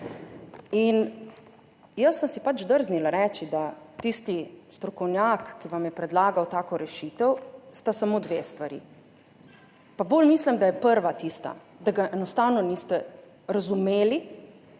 Jaz sem si pač drznila reči, da sta pri tistem strokovnjaku, ki vam je predlagal tako rešitev, samo dve stvari. Pa bolj mislim, da je prva tista, da ga enostavno niste razumeli,